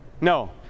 No